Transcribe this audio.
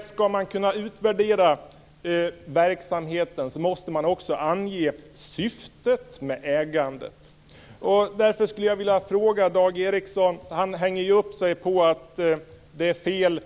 Skall man kunna utvärdera verksamheten måste man också ange syftet med ägandet. Därför skulle jag vilja fråga Dag Ericson, som ju hänger upp sig på att det är fel